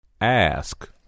Ask